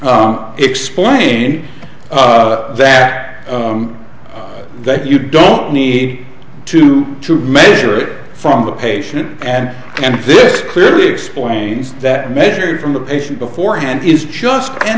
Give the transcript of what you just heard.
arnie explain that that you don't need to to measure it from the patient and and this clearly explains that measured from the patient before and is just an